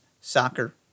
soccer